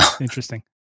Interesting